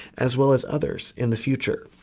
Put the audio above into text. as well as others in the future.